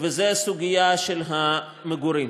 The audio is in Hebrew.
והוא סוגיית המגורים.